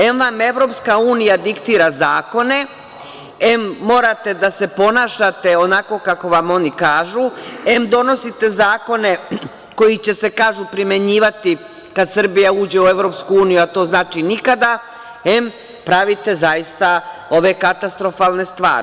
Em vam EU diktira zakone, em morate da se ponašate onako kako vam oni kažu, em donosite zakone koji će se, kažu, primenjivati kada Srbija uđe u EU, a to znači nikada, em pravite ove katastrofalne stvari.